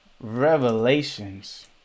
Revelations